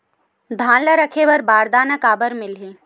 धान ल रखे बर बारदाना काबर मिलही?